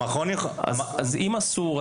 אז אם אסור,